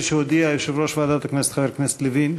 כפי שהודיע יושב-ראש ועדת הכנסת חבר הכנסת לוין,